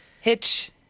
Hitch